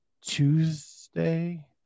Tuesday